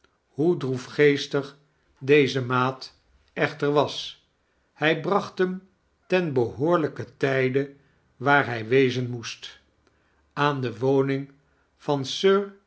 hoe droefgeestig deze maat echter was hij bracht hem ten behoorlijken tijde waar hij wezen moest aan de woning van